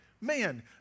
man